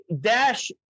Dash